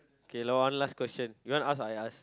K loh one last question you want ask or I ask